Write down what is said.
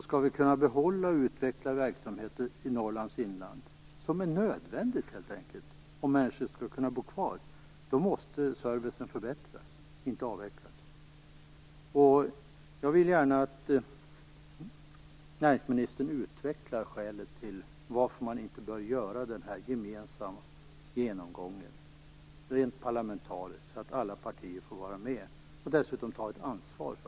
Skall vi kunna behålla och utveckla verksamheter i Norrlands inland, vilket är nödvändigt om människor skall kunna bo kvar, måste servicen förbättras, inte avvecklas. Jag vill gärna att näringsministern utvecklar skälet till varför man inte bör göra en gemensam parlamentarisk genomgång så att alla partier får vara med och ta ansvar.